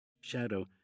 shadow